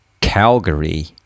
Calgary